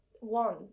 one